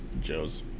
Joe's